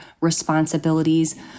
responsibilities